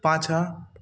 पाछाँ